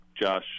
Josh